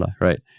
right